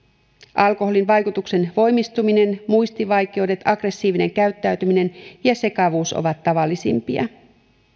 alkoholin vaikutuksen voimistuminen muistivaikeudet aggressiivinen käyttäytyminen ja sekavuus ovat tavallisimpia